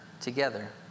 together